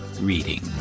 reading